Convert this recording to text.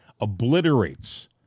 obliterates